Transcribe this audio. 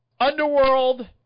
Underworld